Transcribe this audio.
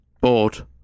board